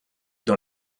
dans